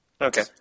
Okay